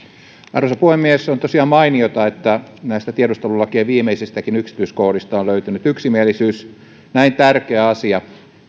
arvoisa puhemies on tosiaan mainiota että näistä tiedustelulakien viimeisistäkin yksityiskohdista on löytynyt yksimielisyys näin tärkeä asia